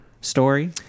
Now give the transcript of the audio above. story